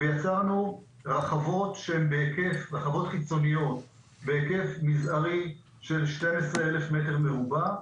ויצרנו רחבות חיצוניות בהיקף מזערי של 12,000 מ"ר,